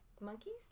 Monkeys